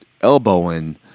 elbowing